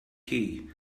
key